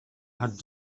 had